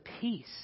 peace